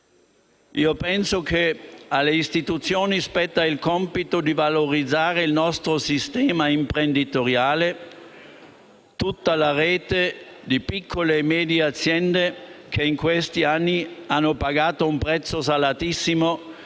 rurali. Alle istituzioni spetta il compito di valorizzare il nostro sistema imprenditoriale, tutta la rete di piccole e medie aziende che in questi anni hanno pagato un prezzo salatissimo,